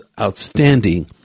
outstanding